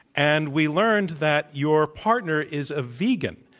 and we learned that your partner is a vegan,